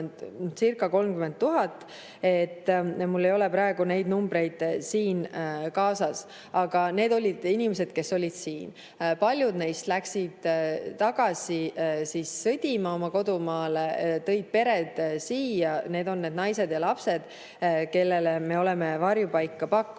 Mul ei ole neid numbreid siin kaasas. Aga need olid inimesed, kes siin olid. Paljud neist läksid tagasi, sõdima oma kodumaale, tõid pered siia, need on need naised ja lapsed, kellele me oleme varjupaika pakkunud.